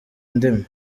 indimi